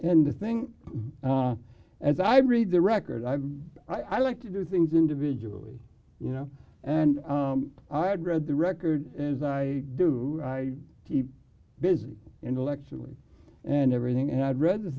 and the thing as i read the record i'm i like to do things individually you know and i had read the record as i do i keep busy intellectually and everything and i'd read th